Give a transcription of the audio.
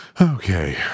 Okay